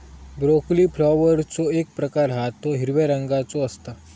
broccoli फ्लॉवरचो एक प्रकार हा तो हिरव्या रंगाचो असता